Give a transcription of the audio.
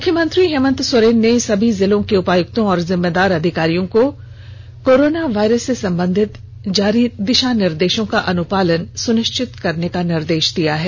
मुख्यमंत्री हेमंत सोरेन ने सभी जिलों के उपायुक्तों और जिम्मेदार अधिकारियों को कोरोना वायरस र्स संबंधित जारी दिषा निर्देषों का अनुपालन सुनिष्वित करने का निर्देष दिया है